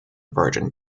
virgin